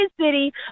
city